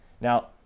Now